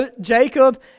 jacob